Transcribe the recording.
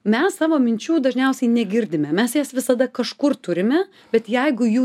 mes savo minčių dažniausiai negirdime mes jas visada kažkur turime bet jeigu jų